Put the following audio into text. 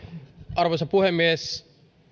arvoisa puhemies